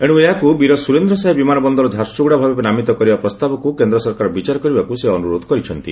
ଏଶୁ ଏହାକୁ ବୀର ସୁରେନ୍ଦ୍ର ସାଏ ବିମାନବନ୍ଦର ଝାରସୁଗୁଡା ଭାବେ ନାମିତ କରିବା ପ୍ରସ୍ତାବକୁ କେନ୍ଦ୍ର ସରକାର ବିଚାର କରିବାକୁ ସେ ଅନୁରୋଧ କରିଛନ୍ତି